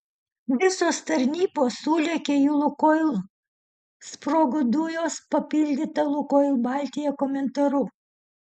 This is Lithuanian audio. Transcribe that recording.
visos tarnybos sulėkė į lukoil sprogo dujos papildyta lukoil baltija komentaru